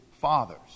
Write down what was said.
fathers